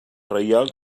reial